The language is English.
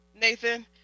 Nathan